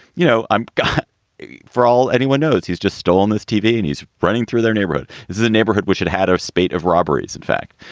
you know, i'm god for all anyone knows. he's just stolen this tv and he's running through their neighborhood. this is the neighborhood which had had a spate of robberies. in fact,